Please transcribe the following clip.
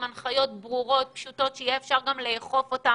עם הנחיות ברורות ופשוטות שניתן יהיה גם לאכוף אותן.